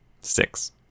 six